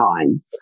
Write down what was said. time